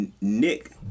Nick